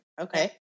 Okay